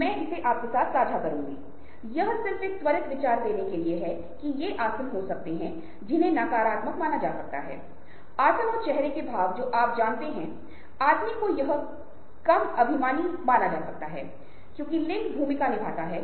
और x वह व्यक्ति है जो भारत में रहता है और y कोई ऐसा व्यक्ति है जो संयुक्त राज्य अमेरिका में रहता है और यह एक काला आदमी है और यह एक भारतीय महिला है और उनका कोई संबंध नहीं है